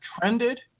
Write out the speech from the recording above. trended